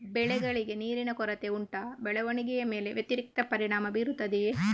ಬೆಳೆಗಳಿಗೆ ನೀರಿನ ಕೊರತೆ ಉಂಟಾ ಬೆಳವಣಿಗೆಯ ಮೇಲೆ ವ್ಯತಿರಿಕ್ತ ಪರಿಣಾಮಬೀರುತ್ತದೆಯೇ?